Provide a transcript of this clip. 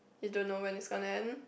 you don't know when it's gonna end